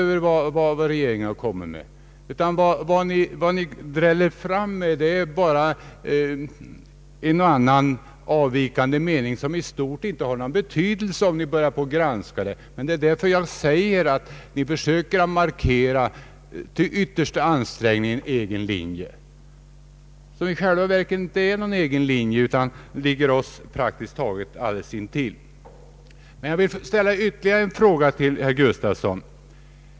Vad ni dräller fram med är bara en och annan avvikande mening, som i stort sett inte har någon betydelse om man börjar granska saken. Det är därför jag säger, att ni försöker markera er egen linje med uppbjudande av de yttersta ansträngningar, men i själva verket är det inte någon egen linje utan den ligger praktiskt taget alldeles intill vår. Jag vill ställa ytterligare en fråga till herr Gustafsson.